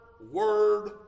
word